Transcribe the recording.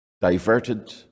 diverted